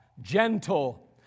gentle